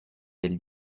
del